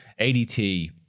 ADT